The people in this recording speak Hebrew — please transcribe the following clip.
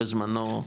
בזמנו,